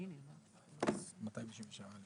בסעיף 17ג(א),